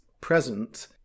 present